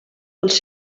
pels